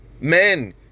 Men